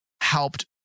helped